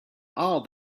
all